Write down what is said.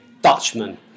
Dutchman